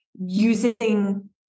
using